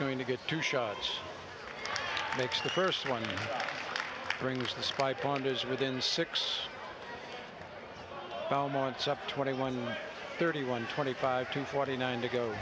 going to get two shots makes the first one brings the spy pond is within six months up twenty one thirty one twenty five to forty nine to go